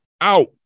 out